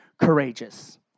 courageous